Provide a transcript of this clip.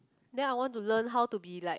then I want to learn how to be like